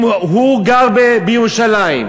אם הוא גר בירושלים,